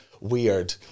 weird